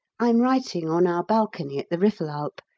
i'm writing on our balcony at the riffelalp,